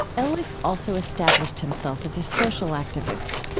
ellis also established himself as a social activist.